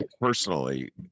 personally